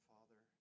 Father